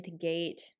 gate